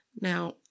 Now